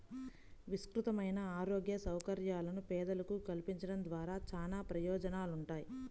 విస్తృతమైన ఆరోగ్య సౌకర్యాలను పేదలకు కల్పించడం ద్వారా చానా ప్రయోజనాలుంటాయి